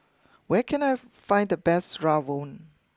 where can I find the best Rawon